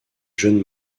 jeune